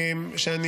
שבעיניי,